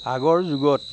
আগৰ যুগত